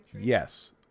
Yes